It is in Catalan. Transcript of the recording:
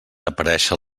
aparèixer